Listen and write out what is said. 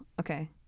Okay